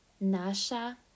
nasha